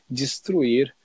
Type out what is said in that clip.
destruir